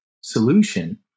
solution